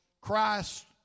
Christ